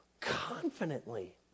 Confidently